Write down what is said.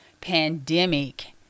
pandemic